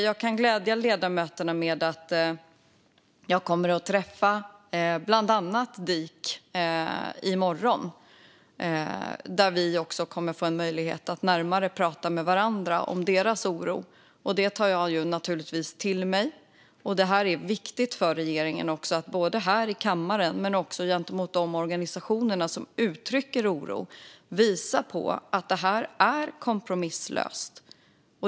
Jag kan glädja ledamöterna med att jag kommer att träffa företrädare för bland annat DIK i morgon. Då kommer vi att få möjlighet att prata närmare med varandra om deras oro. Den tar jag naturligtvis till mig. Det är också viktigt för regeringen att här i kammaren men också gentemot de organisationer som uttrycker oro visa på att det här är kompromisslöst.